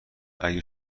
اگه